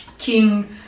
king